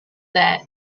that